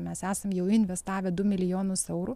mes esam jau investavę du milijonus eurų